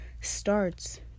starts